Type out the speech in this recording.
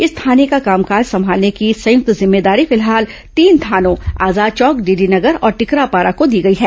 इस थाने का कामकाज संमालने की संयक्त जिम्मेदारी फिलहाल तीन थानों आजाद चौक डीडी नगर और टिकरापारा को दी गई है